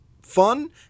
fun